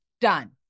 Done